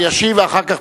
אלא אם